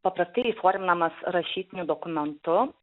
paprastai įforminamas rašytiniu dokumentu